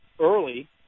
early